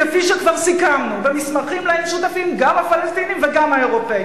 כפי שכבר סיכמנו במסמכים שלהם שותפים גם הפלסטינים וגם האירופים,